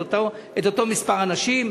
את אותו מספר אנשים.